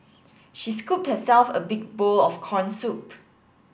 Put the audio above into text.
she scooped herself a big bowl of corn soup